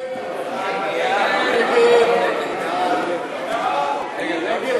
ההצעה להסיר מסדר-היום את